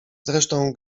zresztą